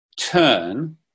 turn